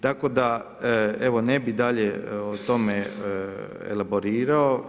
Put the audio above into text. Tako da evo ne bih dalje o tome elaborirao.